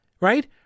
Right